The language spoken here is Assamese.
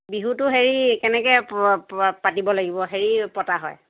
বিহুটো হেৰি কেনেকে পাতিব লাগিব হেৰি পতা হয়